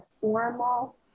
formal